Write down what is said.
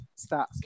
Stats